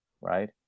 right